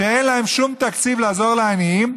שאין להן שום תקציב לעזור לעניים,